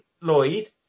Lloyd